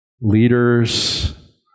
leaders